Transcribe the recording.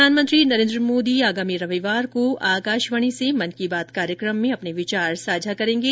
प्रधानमंत्री नरेन्द्र मोदी आगामी रविवार को आकाशवाणी से मन की बात कार्यक्रम में अपने विचार साझा करेंगे